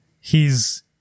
he's-